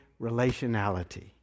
relationality